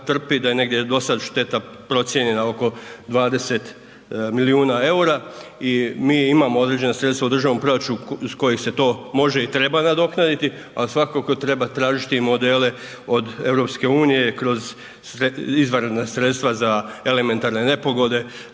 da je negdje do sada šteta procijenjena oko 20 milijuna EUR-a i mi imamo određena sredstva u državnom proračunu iz kojih se to može i treba nadoknaditi ali svakako treba tražiti i modele od EU kroz izvanredna sredstva za elementarne nepogode